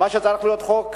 מה לא שצריך להיות חוק-יסוד,